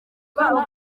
kandi